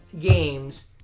games